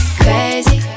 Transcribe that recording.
crazy